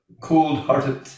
cold-hearted